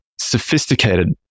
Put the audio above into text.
sophisticated